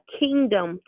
kingdom